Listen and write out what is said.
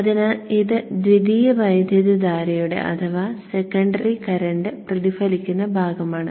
അതിനാൽ ഇത് ദ്വിതീയ വൈദ്യുതധാരയുടെ പ്രതിഫലിക്കുന്ന ഭാഗമാണ്